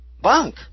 Bunk